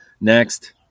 Next